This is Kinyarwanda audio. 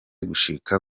gushika